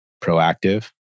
proactive